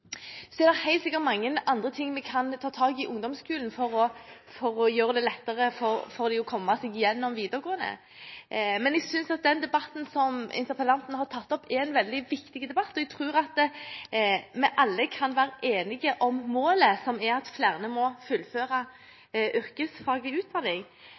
er helt sikkert mange andre ting vi kan ta tak i i ungdomsskolen for å gjøre det lettere for elever å komme seg igjennom videregående skole. Jeg synes at den debatten som interpellanten har reist, er veldig viktig. Jeg tror at vi alle kan være enige om målet, som er at flere må fullføre yrkesfaglig utdanning,